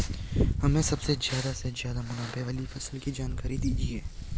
हमें सबसे ज़्यादा से ज़्यादा मुनाफे वाली फसल की जानकारी दीजिए